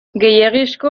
gehiegizko